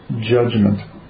judgment